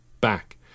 back